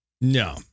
No